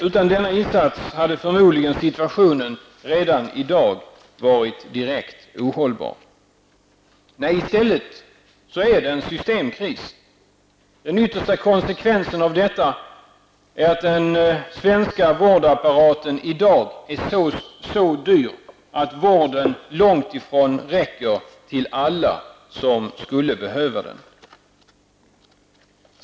Utan denna insats hade förmodligen situationen redan i dag varit direkt ohållbar. Nej, i stället är det en systemkris. Den yttersta konsekvensen av detta är att den svenska vårdapparaten i dag är så dyr, att vården långtifrån räcker till alla som skulle behöva den.